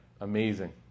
Amazing